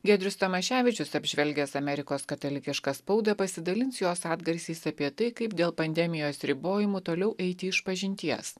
giedrius tamaševičius apžvelgęs amerikos katalikišką spaudą pasidalins jos atgarsiais apie tai kaip dėl pandemijos ribojimų toliau eiti išpažinties